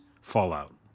fallout